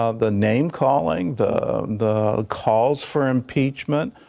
ah the name-calling the the cause for impeachment